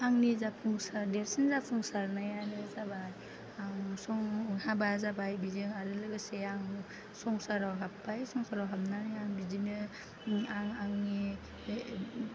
आंनि जाफुंसार देरसिन जाफुंसारनायानो जाबाय आं स' हाबा जाबाय बिजों आरो लोगोसे आङो संसाराव हाब्बाय संसाराव हाबनानै आं बिदिनो आं आंनि